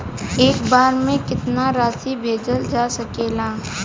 एक बार में केतना राशि भेजल जा सकेला?